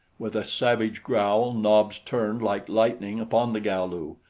with a savage growl nobs turned like lightning upon the galu,